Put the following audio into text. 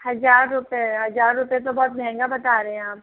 हजार रुपए हजार रुपए तो बहुत महंगा बता रहे हैं आप